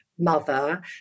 mother